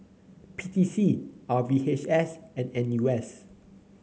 P T C R V H S and N U S